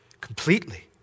completely